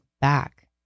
back